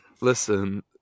Listen